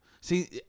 see